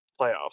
playoffs